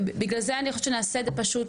בגלל זה אני חושבת שנעשה את זה פשוט.